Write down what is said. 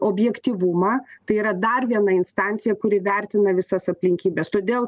objektyvumą tai yra dar viena instancija kuri vertina visas aplinkybes todėl